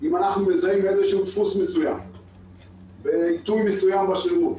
אם אנחנו מזהים איזשהו דפוס מסוים בעיתוי מסוים בשירות